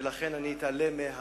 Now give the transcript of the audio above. ולכן אני אתעלם.